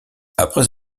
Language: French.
après